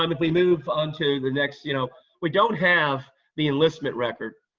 um if we move on to the next, you know we don't have the enlistment record.